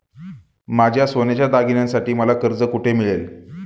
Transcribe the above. माझ्या सोन्याच्या दागिन्यांसाठी मला कर्ज कुठे मिळेल?